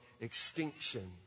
extinction